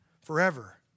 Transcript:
forever